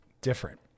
Different